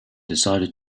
decided